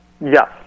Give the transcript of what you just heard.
Yes